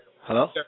Hello